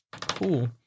Cool